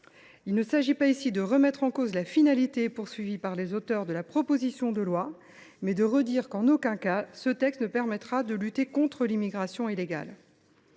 Il s’agit non pas de remettre en cause la finalité visée par les auteurs de la proposition de loi, mais de répéter que, en aucun cas, ce texte ne permettra de lutter contre l’immigration illégale.